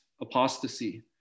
apostasy